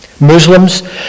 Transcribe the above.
Muslims